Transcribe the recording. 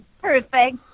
perfect